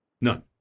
None